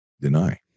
deny